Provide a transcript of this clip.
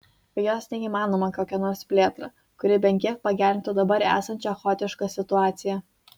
be jos neįmanoma kokia nors plėtra kuri bent kiek pagerintų dabar esančią chaotišką situaciją